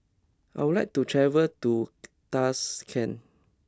I would like to travel to Tashkent